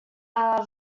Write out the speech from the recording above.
are